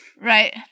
Right